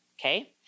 Okay